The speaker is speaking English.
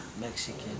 Mexican